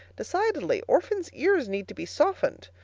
decidedly, orphans' ears need to be softened.